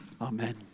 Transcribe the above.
Amen